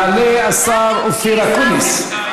יעלה השר אופיר אקוניס.